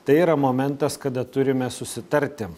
tai yra momentas kada turime susitarti